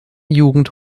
jugend